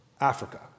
Africa